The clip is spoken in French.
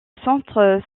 centre